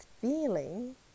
feeling